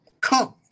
come